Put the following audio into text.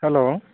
hello